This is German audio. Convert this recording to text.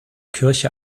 kirche